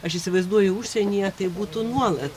aš įsivaizduoju užsienyje tai būtų nuolat